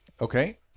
Okay